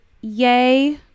yay